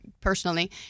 personally